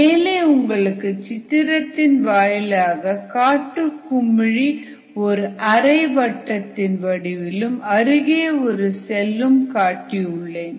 மேலே உங்களுக்கு சித்திரத்தின் வாயிலாக காற்றுக் குமிழி ஒரு அரை வட்டத்தின் வடிவிலும் அருகே ஒரு செல்லும் காட்டியுள்ளேன்